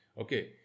Okay